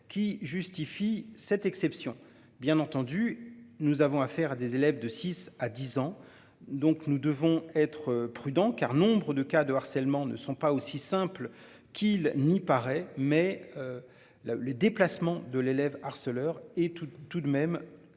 qui justifie cette exception bien entendu nous avons affaire à des élèves de 6 à 10 ans. Donc nous devons être prudents car nombre de cas de harcèlement ne sont pas aussi simple qu'il n'y paraît. Mais. Le le déplacement de l'élève harceleur et tout, tout de même. Essentiel